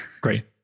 great